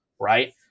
right